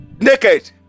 naked